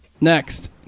next